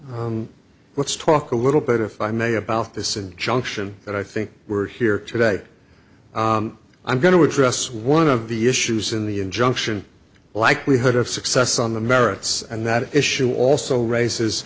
court let's talk a little bit if i may about this injunction that i think we're here today i'm going to address one of the issues in the injunction likelihood of success on the merits and that issue also raises